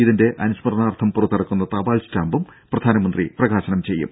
ഇതിന്റെ അനുസ്മരണാർത്ഥം പുറത്തിറക്കുന്ന തപാൽ സ്റ്റാമ്പും പ്രധാനമന്ത്രി പ്രകാശനം ചെയ്യും